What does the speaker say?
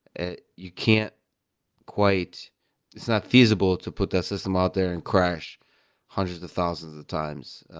ah you can't quite it's not feasible to put that system out there and crash hundreds of thousands of times,